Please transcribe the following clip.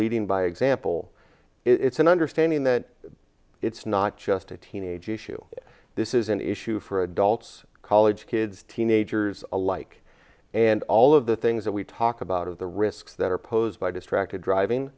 leading by example it's an understanding that it's not just a teenage issue this is an issue for adults college kids teenagers alike and all of the things that we talk about of the risks that are posed by distracted driving